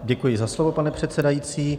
Děkuji za slovo, pane předsedající.